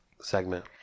segment